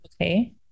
Okay